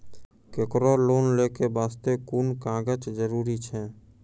केकरो लोन लै के बास्ते कुन कागज जरूरी छै?